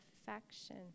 affection